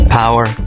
Power